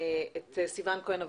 את סיון כהן אביטן.